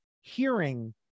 hearing